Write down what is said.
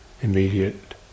immediate